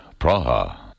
Praha